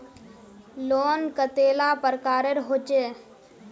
Loan कतेला प्रकारेर होचे?